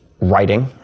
writing